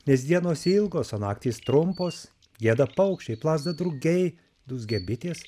nes dienos ilgos o naktys trumpos gieda paukščiai plazda drugiai dūzgia bitės